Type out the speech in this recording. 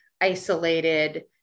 isolated